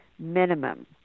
minimum